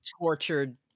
tortured